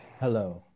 Hello